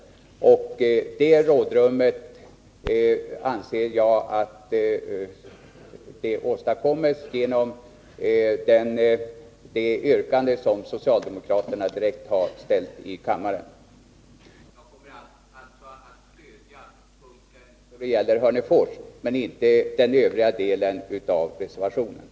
Det rådrummet anser jag åstadkommes genom att kammaren bifaller det yrkande som socialdemokraterna har ställt under överläggningen. Jag kommer alltså att stödja reservationen i vad gäller Hörnefors men inte i övriga delar.